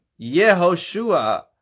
Yehoshua